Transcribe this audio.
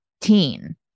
teen